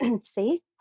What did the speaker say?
see